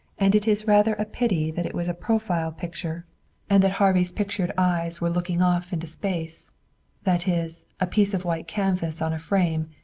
and it is rather a pity that it was a profile picture and that harvey's pictured eyes were looking off into space that is, a piece of white canvas on a frame,